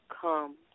come